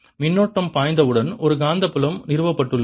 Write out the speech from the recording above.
மின்னோட்டம் பாய்ந்தவுடன் ஒரு காந்தப்புலம் நிறுவப்பட்டுள்ளது